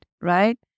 right